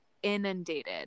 inundated